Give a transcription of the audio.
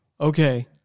okay